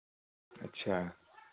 अच्छा